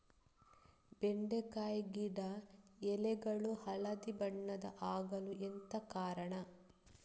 ಬೆಂಡೆಕಾಯಿ ಗಿಡ ಎಲೆಗಳು ಹಳದಿ ಬಣ್ಣದ ಆಗಲು ಎಂತ ಕಾರಣ?